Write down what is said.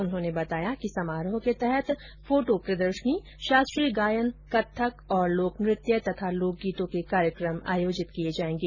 उन्होंने बताया कि समारोह के तहत फोटो प्रदर्शनी शास्त्रीय गायन कत्थक तथा लोक नृत्य और लोक गीतों के कार्यक्रम आयोजित किए जाएंगे